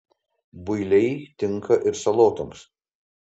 builiai tinka ir salotoms